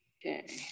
Okay